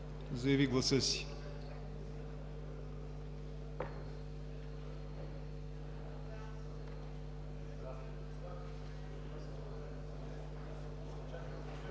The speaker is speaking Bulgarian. заяви гласа си.